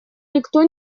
никто